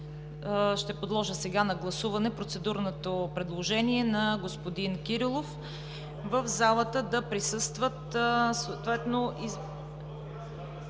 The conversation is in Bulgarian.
ще подложа сега на гласуване процедурното предложение на господин Кирилов в залата да присъстват съответно… Вие